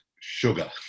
sugar